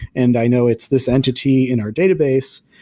and i know it's this entity in our database.